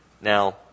Now